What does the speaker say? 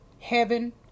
Heaven